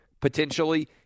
potentially